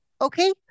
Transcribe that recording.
Okay